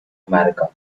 america